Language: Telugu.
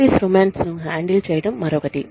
ఆఫీసు రొమాన్స్ ను హ్యాండిల్ చేయటం మరొకటి